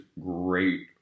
great